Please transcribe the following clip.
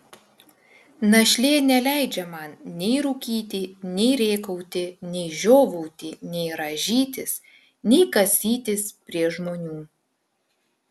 našlė neleidžia man nei rūkyti nei rėkauti nei žiovauti nei rąžytis nei kasytis prie žmonių